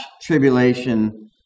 Tribulation